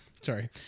sorry